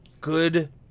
good